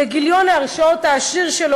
בגיליון ההרשעות העשיר שלו,